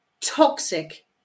toxic